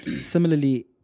Similarly